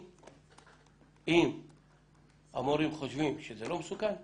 אם המורים חושבים שזה לא מסוכן,